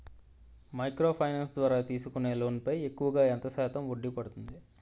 Micro finance ద్వారా తీసుకునే loan పై ఎక్కువుగా ఎంత శాతం వడ్డీ పడుతుంది?